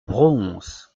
broons